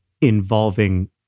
involving